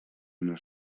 una